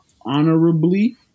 honorably